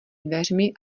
dveřmi